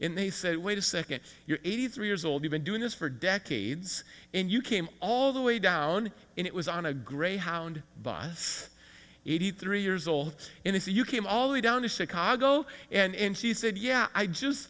and they say wait a second you're eighty three years old you've been doing this for decades and you came all the way down and it was on a greyhound bus eighty three years old and as you came all the down to chicago and he said yeah i